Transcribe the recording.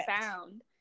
found